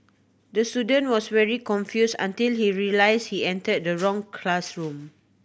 the student was very confused until he realised he entered the wrong classroom